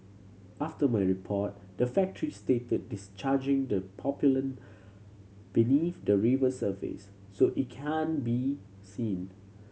after my report the factory stated discharging the pollutant believe the river surface so it can't be seen